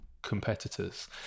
competitors